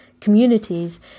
communities